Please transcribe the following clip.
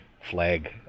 flag